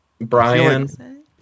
Brian